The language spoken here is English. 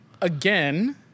again